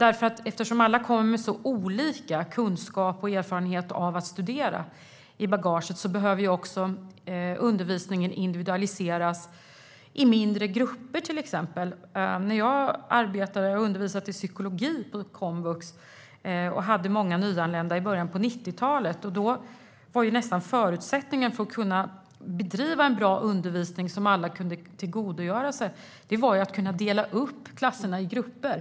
Eftersom alla kommer med så olika kunskaper och erfarenhet av att studera i bagaget behöver undervisningen individualiseras genom att man till exempel delar in klasserna i mindre grupper. När jag undervisade nyanlända i psykologi på komvux i början av 90-talet var förutsättningen för att kunna bedriva en bra undervisning som alla kunde tillgodogöra sig att dela upp klasserna i grupper.